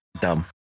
Dumb